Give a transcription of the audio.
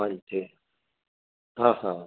ਹਾਂਜੀ ਹਾਂ ਹਾਂ